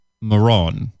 Moron